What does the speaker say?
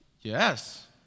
Yes